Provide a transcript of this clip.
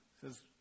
says